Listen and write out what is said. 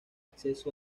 acceso